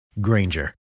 Granger